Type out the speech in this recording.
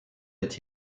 est